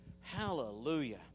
hallelujah